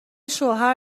شوهر